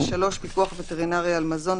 ומוסף פיקוח וטרינרי על מזון,